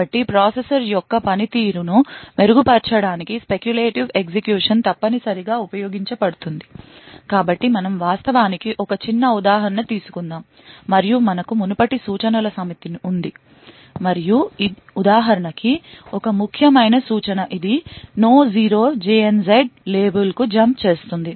కాబట్టి ప్రాసెసర్ యొక్క పనితీరును మెరుగుపరచడానికి స్పెక్యులేటివ్ ఎగ్జిక్యూషన్ తప్పనిసరిగా ఉపయోగించబడుతుంది కాబట్టి మనం వాస్తవానికి ఒక చిన్న ఉదాహరణ తీసుకుందాం మరియు మనకు మునుపటి సూచనల సమితి ఉంది మరియు ఈ ఉదాహరణకి ఒక ముఖ్యమైన సూచన ఇది no 0 లేబుల్కు జంప్ చేస్తుంది